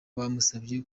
bamusabye